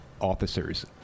officers